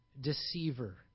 Deceiver